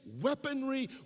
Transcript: weaponry